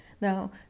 now